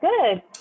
good